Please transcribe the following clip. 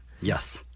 Yes